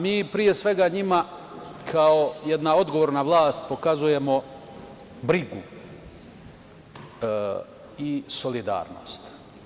Mi pre svega njima, kao jedna odgovorna vlast pokazujemo brigu i solidarnost.